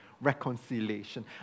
reconciliation